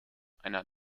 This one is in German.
einer